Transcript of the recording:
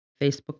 Facebook